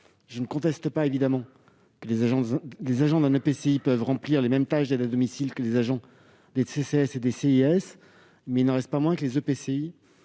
Je ne conteste évidemment pas que les agents des EPCI peuvent remplir les mêmes tâches d'aide à domicile que ceux des CCAS et des CIAS. Il n'en reste pas moins que les EPCI